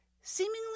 seemingly